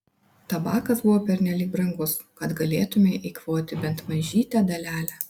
tabakas buvo pernelyg brangus kad galėtumei eikvoti bent mažytę dalelę